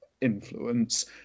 influence